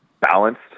balanced